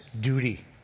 duty